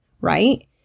right